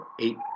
eight